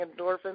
endorphins